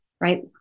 right